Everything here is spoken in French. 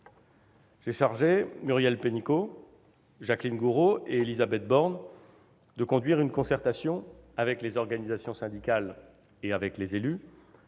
J'ai chargé Muriel Pénicaud, Jacqueline Gourault et Élisabeth Borne de conduire une concertation avec les organisations syndicales et avec les élus